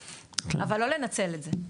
אבל לא לנצל את זה.